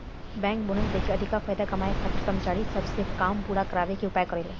bank bonus देके अधिका फायदा कमाए खातिर कर्मचारी सब से काम पूरा करावे के उपाय करेले